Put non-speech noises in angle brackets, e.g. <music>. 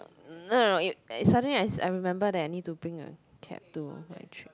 <noise> suddenly I I remember that I need to bring a cap to my trip